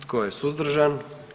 Tko je suzdržan?